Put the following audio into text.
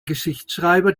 geschichtsschreiber